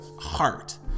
heart